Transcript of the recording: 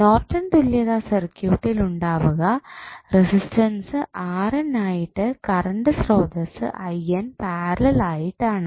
Norton തുല്യത സർക്യൂട്ടിൽ ഉണ്ടാവുക റെസിസ്റ്റൻസ് ആയിട്ട് കറണ്ട് സ്രോതസ്സ് പാരലൽ ആയിട്ടാണ്